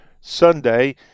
Sunday